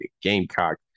Gamecock